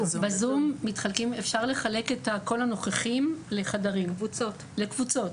בזום אפשר לחלק את כל הנוכחים לחדרים, לקבוצות.